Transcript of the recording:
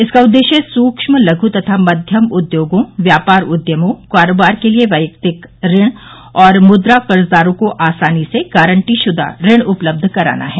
इसका उद्देश्य सूक्ष्म लघ् तथा मध्यम उद्योगों व्यापार उद्यमों कारोबार के लिए वैयक्तिक ऋण और मुद्रा कर्जदारों को आसानी से गारंटीशुदा ऋण उपलब्ध कराना है